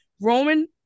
roman